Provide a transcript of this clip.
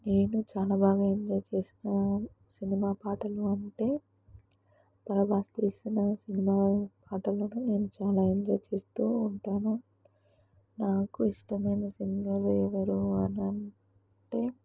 నేను చాలా బాగా ఎంజాయ్ చేసిన సినిమా పాటలు అంటే ప్రభాస్ తీసిన సినిమా పాటలను నేను చాలా ఎంజాయ్ చేస్తూ ఉంటాను నాకు ఇష్టమైన సింగర్ ఎవరు అని అంటే